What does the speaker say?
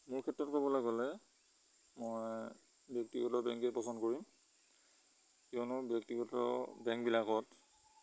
মোৰ ক্ষেত্ৰত ক'বলে গ'লে মই ব্যক্তিগত বেংকেই পচন্দ কৰিম কিয়নো ব্যক্তিগত বেংকবিলাকত